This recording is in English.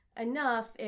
enough